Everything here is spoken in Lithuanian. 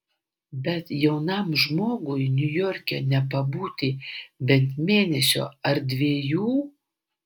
bet jaunam žmogui niujorke nepabūti bent mėnesio ar dviejų